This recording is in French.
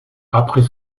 après